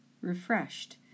refreshed